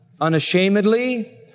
unashamedly